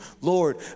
Lord